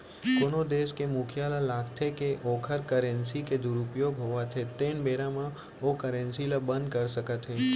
कोनो देस के मुखिया ल लागथे के ओखर करेंसी के दुरूपयोग होवत हे तेन बेरा म ओ करेंसी ल बंद कर सकत हे